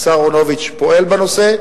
והשר אהרונוביץ פועל בנושא.